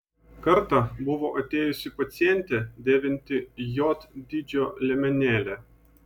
kartą buvo atėjusi pacientė dėvinti j dydžio liemenėlę